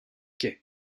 quai